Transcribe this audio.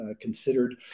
considered